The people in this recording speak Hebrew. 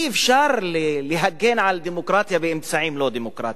אי-אפשר להגן על דמוקרטיה באמצעים לא דמוקרטיים,